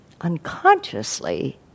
unconsciously